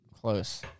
close